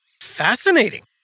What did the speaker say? Fascinating